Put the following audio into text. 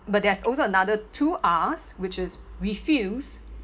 but there's also another two Rs which is refuse